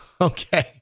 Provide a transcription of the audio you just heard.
Okay